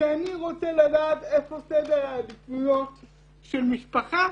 כשאני רוצה לדעת איפה סדר העדיפויות של משפחה,